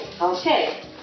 Okay